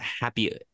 Happy